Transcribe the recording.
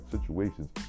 situations